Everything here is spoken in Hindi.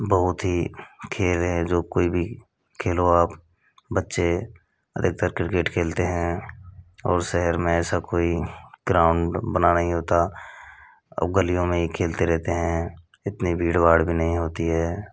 बहुत ही खेल है जो कोई भी खेलो आप बच्चे अरे इधर क्रिकेट खेलते हैं और शहर में ऐसा कोई ग्राउंड बना नहीं होता अब गलियों में एक खेलते रहते हैं इतनी भीड़भाड़ भी नहीं होती है